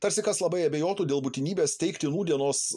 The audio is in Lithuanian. tarsi kas labai abejotų dėl būtinybės teikti nūdienos